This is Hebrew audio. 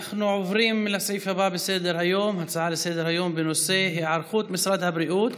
נעבור להצעה לסדר-היום בנושא: היערכות משרד הבריאות